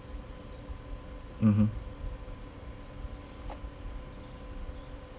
mmhmm